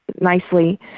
nicely